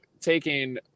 taking